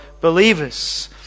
believers